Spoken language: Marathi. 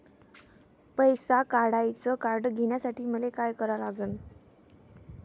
पैसा काढ्याचं कार्ड घेण्यासाठी मले काय करा लागन?